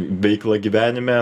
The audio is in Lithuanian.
veiklą gyvenime